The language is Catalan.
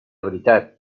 veritat